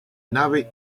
nave